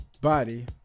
body